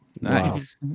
Nice